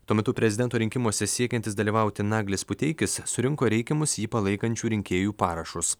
tuo metu prezidento rinkimuose siekiantis dalyvauti naglis puteikis surinko reikiamus jį palaikančių rinkėjų parašus